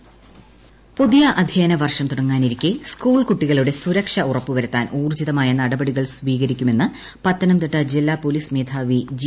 ജില്ലാ പോലീസ് മേധാവി പുതിയ അദ്ധ്യായന വർഷം തുടങ്ങാനിരിക്കെ സ്കൂൾ കുട്ടികളുടെ സുരക്ഷ ഉറപ്പുവരുത്താൻ ഉൌർജിതമായ നടപടികൾ സ്വീകരിക്കമെന്ന് പത്തനംതിട്ട ജില്ലാ പോലീസ് മേധാവി ജി